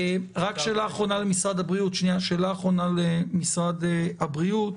רק שאלה אחרונה למשרד הבריאות: